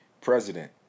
president